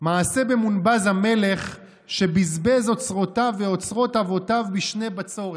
"מעשה במונבז המלך שבזבז אוצרותיו ואוצרות אבותיו בשני בצורת".